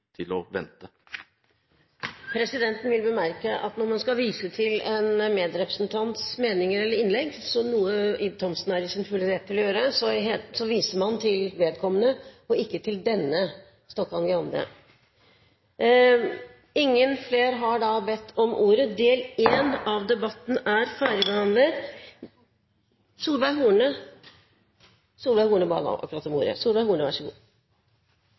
til å vente. Presidenten vil bemerke at når man skal vise til en medrepresentants meninger eller innlegg, noe Ib Thomsen er i sin fulle rett til å gjøre, viser man til vedkommende og ikke til «denne» Stokkan-Grande. Det er ikke for å dra ut tiden, men det er et viktig tema vi diskuterer. Stokkan-Grande var inne på om